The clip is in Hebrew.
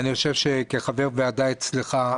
אני חושב שכחבר ועדה אצלך,